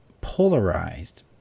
polarized